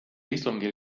istungil